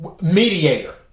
mediator